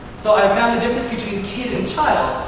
so i found the difference between kid and child,